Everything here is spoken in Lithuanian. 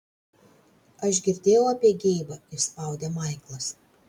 aš girdėjau apie geibą išspaudė maiklas